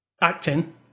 acting